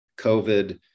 COVID